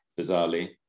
bizarrely